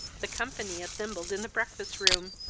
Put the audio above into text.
the company assembled in the breakfast-room,